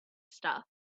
stuff